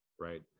Right